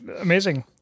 Amazing